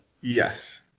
Yes